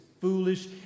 foolish